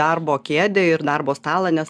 darbo kėdę ir darbo stalą nes